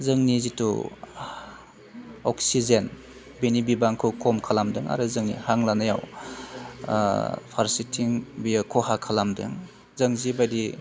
जोंनि जिथु अक्सिजेन बेनि बिबांखौ खम खालामदों आरो जोंनि हां लानायाव फारसेथिं बियो खहा खालामदों जों जि बायदि